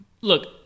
Look